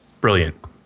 brilliant